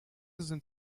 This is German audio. sind